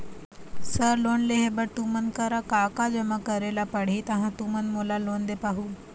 Sir loan लेहे बर तुमन करा का का जमा करें ला पड़ही तहाँ तुमन मोला लोन दे पाहुं?